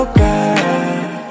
girl